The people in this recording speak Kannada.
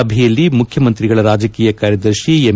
ಸಭೆಯಲ್ಲಿ ಮುಖ್ಯಮಂತ್ರಿಗಳ ರಾಜಕೀಯ ಕಾರ್ಯದರ್ಶಿ ಎಂ